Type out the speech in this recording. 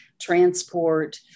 transport